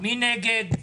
מי נגד?